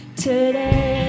today